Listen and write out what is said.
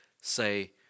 say